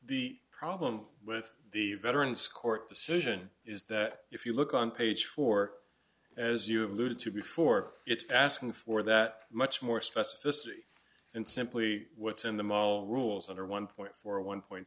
the problem with the veterans court decision is that if you look on page four as you alluded to before it's asking for that much more specificity and simply what's in the mall rules that are one point four one point